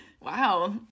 Wow